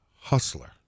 hustler